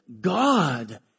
God